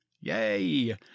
Yay